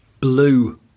blue